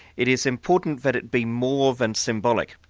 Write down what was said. it is important that it be more than symbolic.